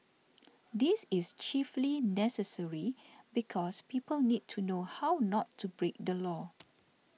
this is chiefly necessary because people need to know how not to break the law